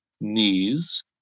knees